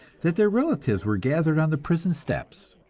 that their relatives were gathered on the prison steps.